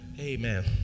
Amen